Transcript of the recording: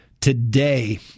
today